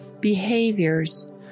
behaviors